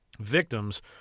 victims